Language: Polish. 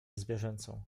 zwierzęcą